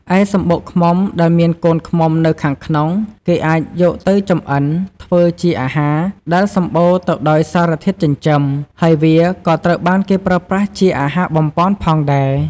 ឯសំបុកឃ្មុំដែលមានកូនឃ្មុំនៅខាងក្នុង គេអាចយកទៅចម្អិនធ្វើជាអាហារ ដែលសម្បូរទៅដោយសារធាតុចិញ្ចឹម ហើយវាក៏ត្រូវបានគេប្រើប្រាស់ជាអាហារបំប៉នផងដែរ។